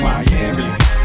Miami